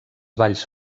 balls